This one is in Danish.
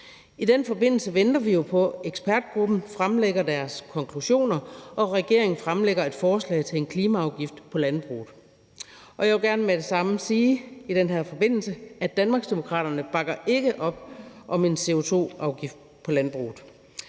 I den forbindelse venter vi jo på, at ekspertgruppen fremlægger deres konklusioner og regeringen fremlægger et forslag til en klimaafgift på landbruget. Og jeg vil gerne med det samme sige i den her forbindelse, at Danmarksdemokraterne ikke bakker op om en CO2-afgift på landbruget.